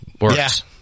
works